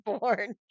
born